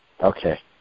Okay